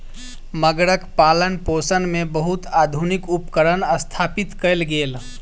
मगरक पालनपोषण मे बहुत आधुनिक उपकरण स्थापित कयल गेल